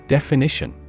Definition